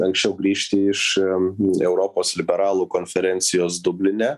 anksčiau grįžti iš m europos liberalų konferencijos dubline